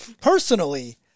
personally